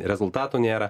rezultatų nėra